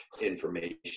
information